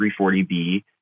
340B